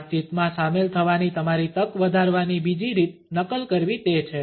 વાતચીતમાં સામેલ થવાની તમારી તક વધારવાની બીજી રીત નકલ કરવી તે છે